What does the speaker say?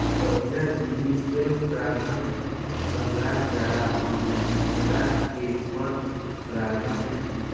पहिला विधि स्व परागण कहल जाला अउरी दुसरका के पर परागण